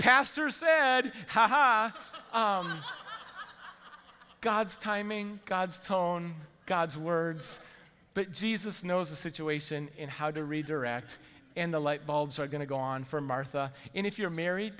pastor said how ha god's timing god's tone god's words but jesus knows the situation and how to redirect and the light bulbs are going to go on for martha and if you're married